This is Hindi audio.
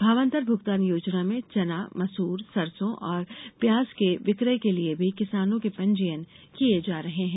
भावांतर भुगतान योजना में चना मसूर सरसों और प्याज के विक्रय के लिए भी किसानों के पंजीयन किये जा रहे है